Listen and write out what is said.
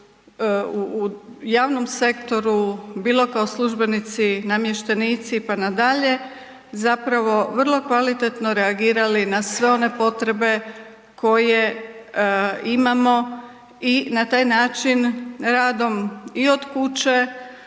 u javnom sektoru, bilo kao službenici, namještenici pa nadalje, zapravo vrlo kvalitetno reagirali na sve one potrebe koje imamo i na taj način radom i od kuće